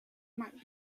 might